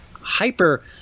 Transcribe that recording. hyper